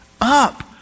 up